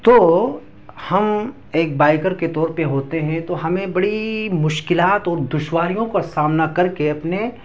تو ہم ایک بائکر کے طور پہ ہوتے ہیں تو ہمیں بڑی مشکلات اور دشواریوں کا سامنا کر کے اپنے